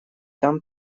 там